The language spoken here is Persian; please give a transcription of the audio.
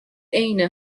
عین